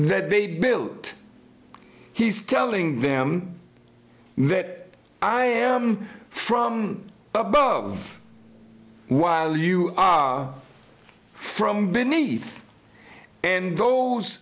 that they built he's telling them that i am from above while you are from beneath and those